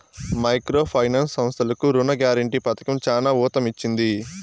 micro finance సంస్థలకు రుణ guarantee పథకం చానా ఊతమిచ్చింది